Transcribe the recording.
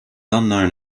unknown